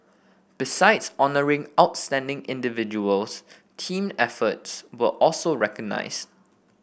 besides honouring outstanding individuals team efforts were also recognised